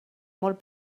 molt